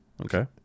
Okay